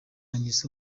ngeso